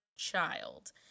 child